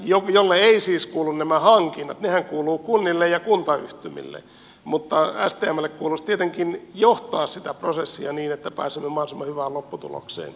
stmlle eivät siis kuulu nämä hankinnat nehän kuuluvat kunnille ja kuntayhtymille mutta stmlle kuuluisi tietenkin sen prosessin johtaminen niin että pääsemme mahdollisimman hyvään lopputulokseen